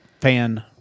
fan